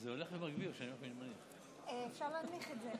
גברתי היושבת-ראש, חבריי חברי הכנסת,